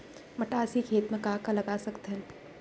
मटासी खेत म का का लगा सकथन?